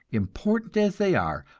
important as they are,